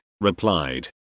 replied